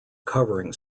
covering